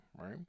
Right